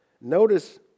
Notice